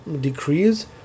decrease